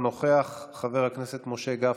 אינו נוכח, חבר הכנסת משה גפני,